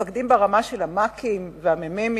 המפקדים ברמה של המ"כים והמ"מים?